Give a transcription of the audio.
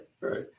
Right